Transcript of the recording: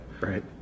right